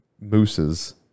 Mooses